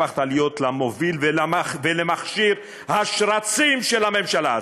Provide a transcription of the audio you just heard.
הפכת להיות למוביל ולמכשיר השרצים של הממשלה הזאת.